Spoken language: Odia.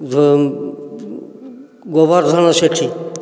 ଏବଂ ଗୋବର୍ଦ୍ଧନ ସେଠୀ